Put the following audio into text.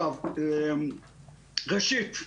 ראשית,